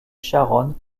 charonne